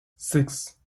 six